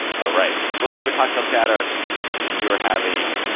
all right. so let's go to cocktail chatter when you were having.